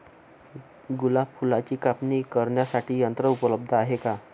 गुलाब फुलाची कापणी करण्यासाठी यंत्र उपलब्ध आहे का?